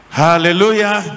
hallelujah